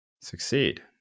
succeed